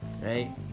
right